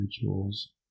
rituals